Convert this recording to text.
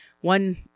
one